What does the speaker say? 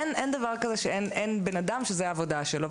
אין דבר כזה שאין בן אדם שזאת העבודה שלו.